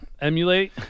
Emulate